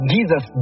Jesus